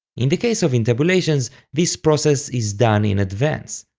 in the case of intabulations this process is done in advance,